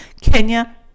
Kenya